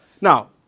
Now